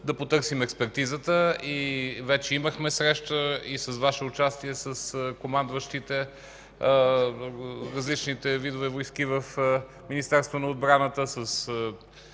да потърсим експертизата. Вече имахме среща и с Ваше участие с командващите различните видове войски в Министерството на отбраната,